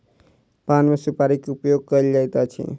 पान मे सुपाड़ी के उपयोग कयल जाइत अछि